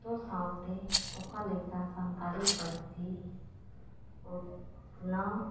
ᱚᱠᱛᱚ ᱥᱟᱶᱛᱮ ᱚᱠᱟᱞᱮᱠᱟ ᱥᱟᱱᱛᱟᱲᱤ ᱯᱟᱹᱨᱥᱤ ᱩᱛᱱᱟᱹᱣ